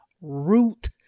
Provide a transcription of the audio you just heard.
root